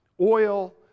oil